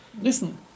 Listen